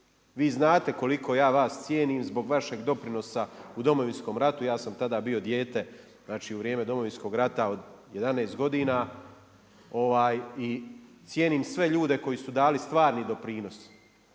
vi znate koliko ja vas cijenim zbog vašeg doprinosa u Domovinskom ratu, ja sam tada bio dijete, znači u vrijeme Domovinskog rata od 11 godina, i cijenim sve ljude koji su dali stvarni doprinos,